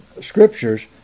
scriptures